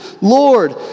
Lord